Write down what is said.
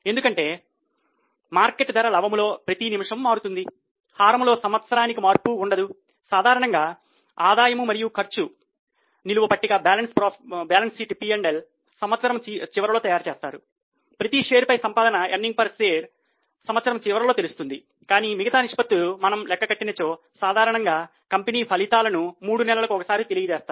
ఎందుకంటే మార్కెట్ ధర లవములో ప్రతి నిమిషము మారుతుంది హారములో సంవత్సరానికి మార్పు ఉంటుంది సాధారణంగా ఆదాయము మరియు ఖర్చు నిలువ పట్టిక సంవత్సరం చివరలో తెలుస్తుంది లేదా మిగతా నిష్పత్తులు మనం లెక్క కట్టినచో సాధారణంగా కంపెనీలు ఫలితాలను మూడు నెలలకు ఒకసారి తెలియజేస్తారు